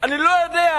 אני לא יודע,